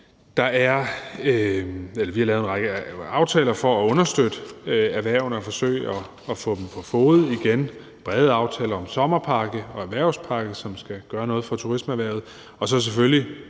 Vi har lavet en række aftaler for at understøtte erhvervene og forsøge at få dem på fode igen. Det er brede aftaler om en sommerpakke og en erhvervspakke, som skal gøre noget for turismeerhvervet, og så selvfølgelig,